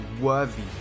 worthy